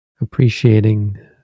appreciating